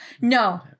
No